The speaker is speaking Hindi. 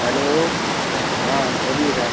हलो हाँ बोलिए सर